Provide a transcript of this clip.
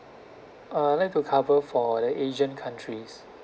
uh like to cover for the asian countries